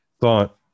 thought